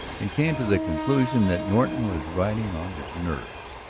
and came to the conclusion that norton was riding on his nerves,